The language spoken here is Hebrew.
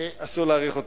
אסור להאריך אותם.